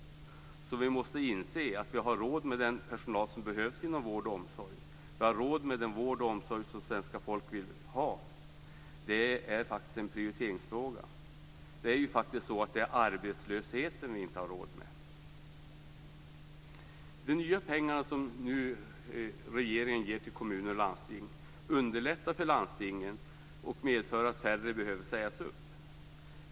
Vi måste alltså inse att vi har råd med den personal som behövs inom vård och omsorg. Vi har råd med den vård och omsorg som svenska folket vill ha. Det är en prioriteringsfråga. Det är faktiskt arbetslösheten vi inte har råd med. De nya pengar som regeringen nu ger till kommuner och landsting underlättar för landstingen och medför att färre behöver sägas upp.